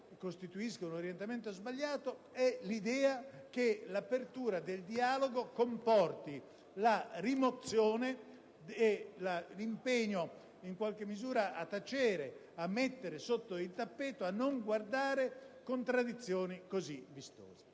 sarebbe un orientamento sbagliato, che l'apertura del dialogo comporti la rimozione, l'impegno a tacere, a mettere sotto il tappeto, a non guardare contraddizioni così vistose.